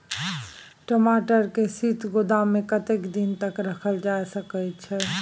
टमाटर के शीत गोदाम में कतेक दिन तक रखल जा सकय छैय?